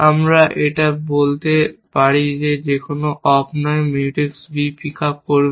আমরা এটাও বলতে পারি যে এটি কোন অপ নয় Mutex b পিক আপ করবে